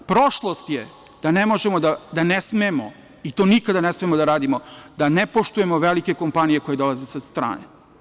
Prošlost je da, ne smemo i to nikada ne smemo da radimo, da ne poštujemo velike kompanije koje dolaze sa strane.